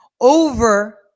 Over